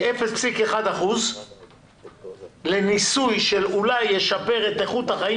0,1% למיסוי שאולי ישפר את איכות החיים